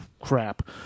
crap